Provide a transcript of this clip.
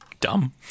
Dumb